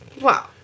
Wow